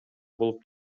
болуп